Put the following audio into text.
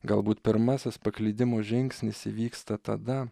galbūt pirmasis paklydimo žingsnis įvyksta tada